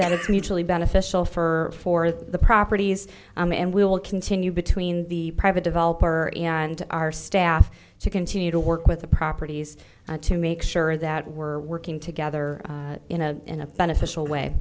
mutually beneficial for for the properties and we'll continue between the private developer and our staff to continue to work with the properties to make sure that we're working together in a in a beneficial